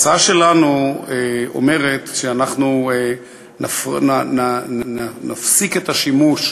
ההצעה שלנו אומרת שאנחנו נפסיק את השימוש,